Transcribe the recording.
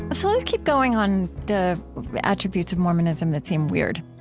ah so let's keep going on the attributes of mormonism that seem weird.